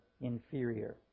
inferior